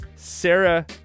Sarah